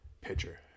pitcher